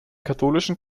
katholischen